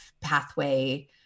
pathway